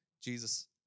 Jesus